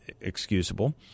excusable